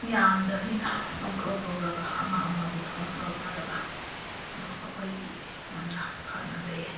ꯌꯥꯝꯗꯕꯅꯤꯅ ꯄꯪꯀꯧ ꯀꯧꯔꯒ ꯑꯃ ꯑꯃꯕꯨ ꯐꯣꯟ ꯀꯧꯅꯔꯒ ꯑꯗꯨꯝ ꯑꯩꯈꯣꯏꯒꯤ ꯌꯥꯝꯅ ꯐꯅ ꯂꯩꯌꯦ